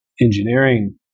engineering